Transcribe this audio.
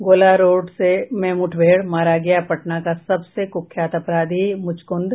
गोला रोड़ में मुठभेड़ मारा गया पटना का सबसे कुख्यात अपराधी मुचकुंद